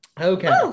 Okay